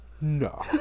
No